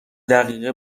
دقیقه